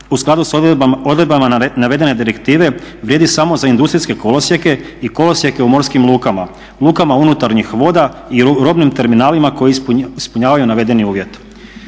u skladu sa odredbama navedene direktive vrijedi samo za industrijske kolosijeke i kolosijeke u morskim lukama, lukama unutarnjih voda i robnim terminalima koji ispunjavaju navedeni uvjet.